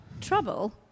Trouble